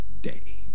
day